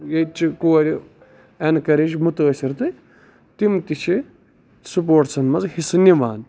ییٚتہِ چھِ کورِ اِنکریج مُتٲثر تہٕ تِم تہِ چھِ سپوٹسن منٛز حِصہٕ نِوان